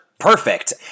perfect